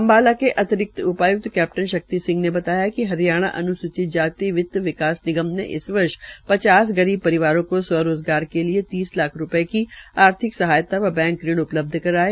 अम्बाला के अतिरिक्त उपाय्क्त कैप्टन शक्ति सिंह ने बताया है कि हरियाणा अन्सूचित जाति वित्त एवं विकास निगम ने इस वर्ष पचास गरीब परिवारों को स्व रोज़गार के लिए तीस लाख रूपये की आर्थियक सहायता व बैंक ऋण उपलब्ध कराये